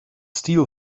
steel